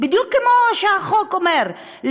בדיוק כמו שהחוק אומר,